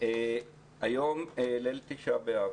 היום ליל ט' באב.